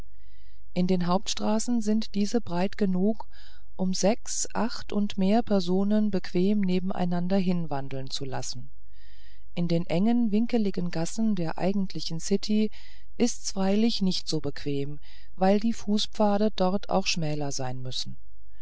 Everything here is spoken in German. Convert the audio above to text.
in den hauptstraßen sind diese breit genug um sechs acht und mehr personen bequem nebeneinander hinwandeln zu lassen in den engen winkeligen gassen der eigentlichen city ist's freilich nicht so bequem weil die fußpfade dort auch schmäler sein müssen